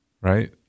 right